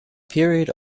period